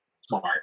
Smart